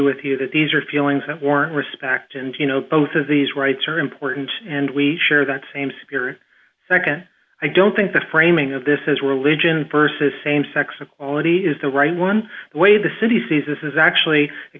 with you that these are feelings of war respect and you know both of these rights are important and we share that same spirit nd i don't think the framing of this as religion versus same sex equality is the right one the way the city sees this is actually a